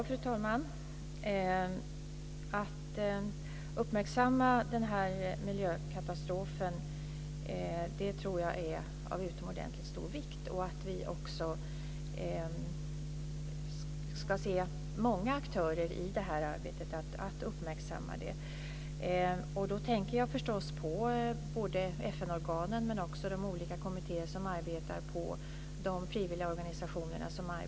Fru talman! Att uppmärksamma denna miljökatastrof tror jag är av utomordentligt stor vikt, liksom att vi ska se många aktörer i arbetet med att uppmärksamma den. Då tänker jag förstås på FN-organen, men också på de olika kommittéer som arbetar inom frivilligorganisationerna.